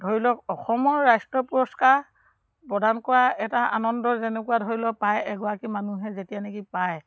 ধৰি লওক অসমৰ ৰাষ্ট্ৰীয় পুৰস্কাৰ প্ৰদান কৰা এটা আনন্দ যেনেকুৱা ধৰি লওক পায় এগৰাকী মানুহে যেতিয়া নেকি পায়